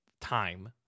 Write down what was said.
time